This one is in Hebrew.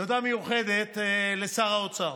תודה מיוחדת לשר האוצר,